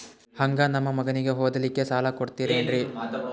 ಹಂಗ ನಮ್ಮ ಮಗನಿಗೆ ಓದಲಿಕ್ಕೆ ಸಾಲ ಕೊಡ್ತಿರೇನ್ರಿ?